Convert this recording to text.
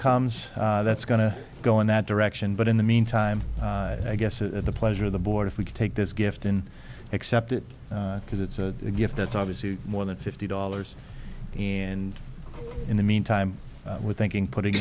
comes that's going to go in that direction but in the meantime i guess at the pleasure of the board if we could take this gift in accept it because it's a gift that's obviously more than fifty dollars and in the meantime we're thinking putting